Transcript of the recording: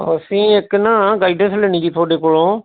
ਅਸੀਂ ਇੱਕ ਨਾ ਗਾਇਡੈਂਸ ਲੈਣੀ ਜੀ ਤੁਹਾਡੇ ਕੋਲੋ